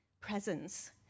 presence